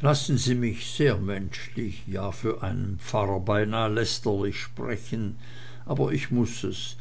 lassen sie mich sehr menschlich ja für einen pfarrer beinah lästerlich sprechen aber ich muß es